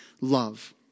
love